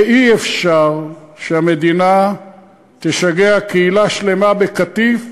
ואי-אפשר שהמדינה תשגע קהילה שלמה בקטיף,